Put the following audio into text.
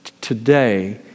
today